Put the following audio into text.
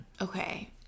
Okay